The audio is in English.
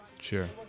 Sure